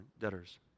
debtors